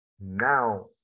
now